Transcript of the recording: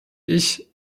ich